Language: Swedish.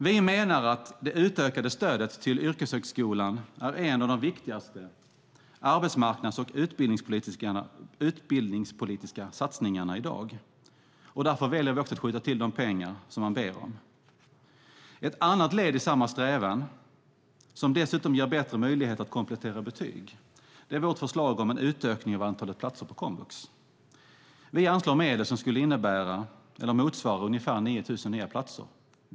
Vi menar att det utökade stödet till yrkeshögskolan är en av de viktigaste arbetsmarknads och utbildningspolitiska satsningarna i dag. Därför väljer vi också att skjuta till de pengar som man ber om. Ett annat led i samma strävan, som dessutom ger bättre möjligheter att komplettera betyg, är vårt förslag om en utökning av antalet platser på komvux. Vi anslår medel som motsvarar ungefär 9 000 nya platser.